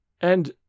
And